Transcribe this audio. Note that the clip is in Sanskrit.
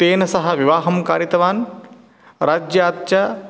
तेन सह विवाहं कारितवान् राज्याच्च